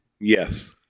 Yes